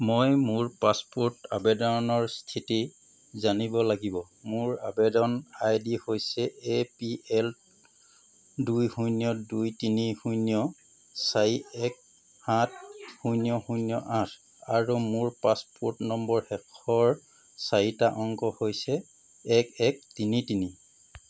মই মোৰ পাছপোৰ্ট আবেদনৰ স্থিতি জানিব লাগিব মোৰ আবেদন আই ডি হৈছে এ পি এল দুই শূন্য দুই তিনি শূন্য চাই এক সাত শূন্য শূন্য আঠ আৰু মোৰ পাছপোৰ্ট নম্বৰ শেষৰ চাৰিটা অংক হৈছে এক এক তিনি তিনি